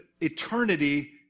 eternity